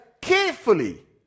carefully